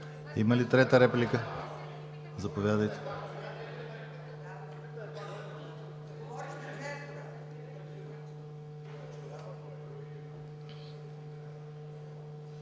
Има ли трета реплика? Заповядайте.